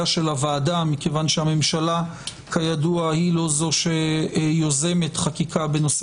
הוועדה כי הממשלה כידוע היא לא זו שיוזמת חקיקה בנושא